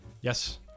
Yes